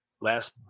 last